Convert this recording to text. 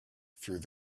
through